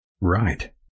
Right